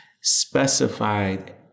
specified